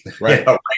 Right